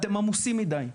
אתם עמוסים מדי,